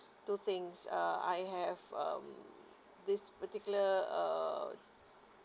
two things uh I have um this particular err